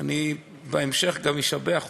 אני בהמשך גם אשבח אתכם.